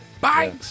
Bye